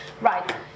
Right